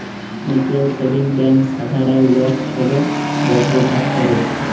mutual savings bank সাধারল লক ছব ব্যাভার ক্যরে